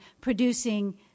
producing